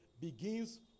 Begins